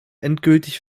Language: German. endgültig